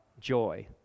joy